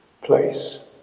place